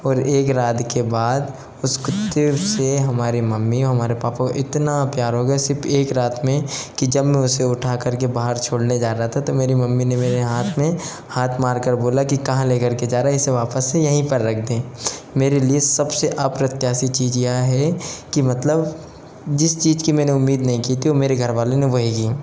और एक रात के बाद उस कुत्ते से हमारी मम्मी औ हमारे पापा को इतना प्यार हो गया सिर्फ एक रात में कि जब मैं उसे उठा करके बाहर छोड़ने जा रहा था तब मेरी मम्मी ने मेरे हाथ में हाथ मार कर बोला कि कहाँ लेकर के जा रहा है इसे वापस से यहीं पर रख दे मेरे लिए सबसे अप्रत्याशी चीज यह है कि मतलब जिस चीज की मैंने उम्मीद नहीं की थी मेरे घर वालों ने वही की